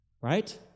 Right